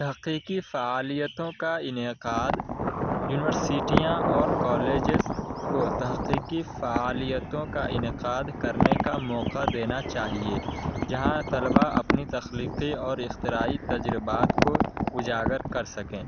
تحقیقی فعالیتوں کا انعقاد یونیورسٹیاں اور کالجز کو تحقیقی فعالیتوں کا انعقاد کرنے کا موقع دینا چاہیے جہاں طلبہ اپنی تخلیقی اور اختراعی تجربات کو اجاگر کر سکیں